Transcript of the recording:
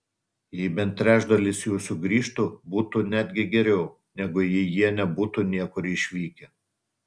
jei bent trečdalis jų sugrįžtų būtų netgi geriau negu jei jie nebūtų niekur išvykę